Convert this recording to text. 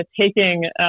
taking